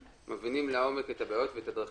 אנחנו פוגשים את האנשים ומבינים לעומק את הבעיות ואת הדברים